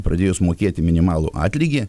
pradėjus mokėti minimalų atlygį